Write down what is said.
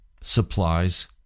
supplies